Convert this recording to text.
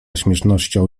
śmiesznością